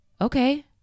okay